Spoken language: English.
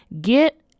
Get